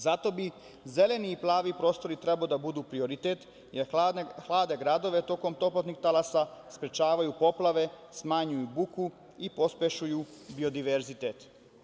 Zato bi zeleni i plavi prostori trebali da budu prioritet, jer hlade gradove tokom toplotnih talasa, sprečavaju poplave, smanjuju buku i pospešuju biodiverzitet.